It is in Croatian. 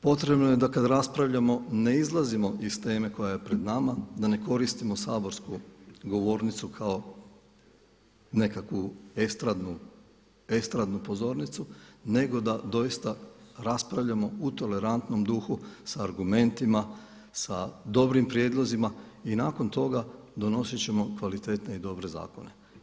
Potrebno je da kad raspravljamo ne izlazimo iz teme koja je pred nama, da ne koristimo saborsku govornicu kao nekakvu estradnu pozornicu, nego da doista raspravljamo u tolerantnom duhu sa argumentima, sa dobrim prijedlozima i nakon toga donosit ćemo kvalitetne i dobre zakone.